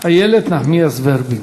איילת נחמיאס ורבין.